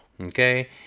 Okay